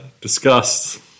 discussed